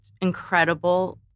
incredible